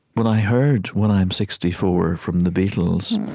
when i heard when i'm sixty four from the beatles,